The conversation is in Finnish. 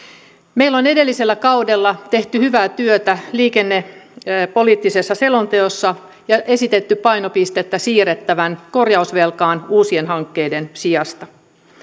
meillä on edellisellä kaudella tehty hyvää työtä liikennepoliittisessa selonteossa ja esitetty että painopistettä siirretään korjausvelkaan uusien hankkeiden sijasta